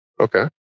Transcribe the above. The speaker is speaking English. Okay